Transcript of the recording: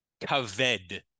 kaved